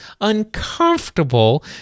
uncomfortable